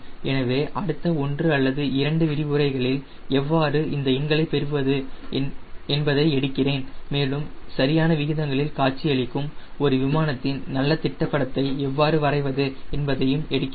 எனவே அடுத்த ஒன்று அல்லது இரண்டு விரிவுரைகளில் எவ்வாறு இந்த எண்களை பெறுவது என்பதை எடுக்கிறேன் மேலும் சரியான விகிதங்களில் காட்சியளிக்கும் ஒரு விமானத்தின் நல்ல திட்டப்டத்தை எவ்வாறு வரைவது என்பதையும் எடுக்கிறேன்